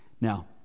Now